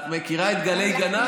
את מכירה את גלי גנ"צ?